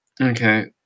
okay